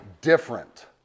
different